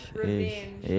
revenge